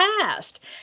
past